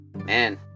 Man